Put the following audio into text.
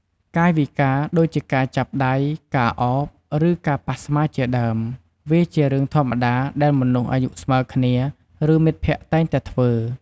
កាយវិការ ដូចជាការចាប់ដៃ ការអោប ឬ ការប៉ះស្មាជាដើម វាជារឿងធម្មតាដែលមនុស្សអាយុស្មើគ្នា ឬ មិត្តភក្តិតែងតែធ្វើ។